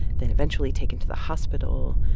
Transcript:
then eventually taken to the hospital.